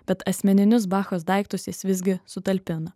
bet asmeninius bachos daiktus jis visgi sutalpino